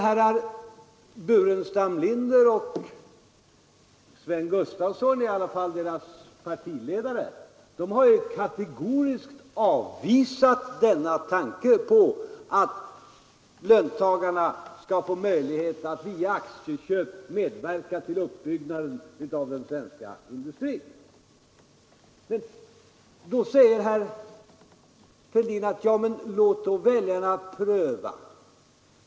Herrar Burenstam Linder och Sven Gustafson i Göteborg, eller i varje fall deras partiledare, har däremot kategoriskt avvisat tanken att löntagarna skall få möjlighet att via aktieköp medverka till uppbyggnaden av den svenska industrin. Herr Fälldin sade: Låt då väljarna pröva!